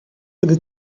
fyddi